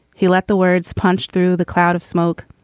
he let the words punch through the cloud of smoke.